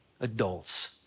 adults